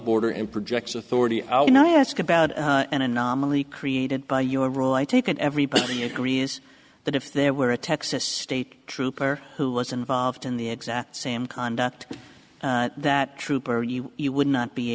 border and projects authority out and i ask about an anomaly created by your rule i take and everybody agrees that if there were a texas state trooper who was involved in the exact same conduct that trooper he would not be